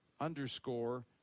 underscore